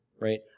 right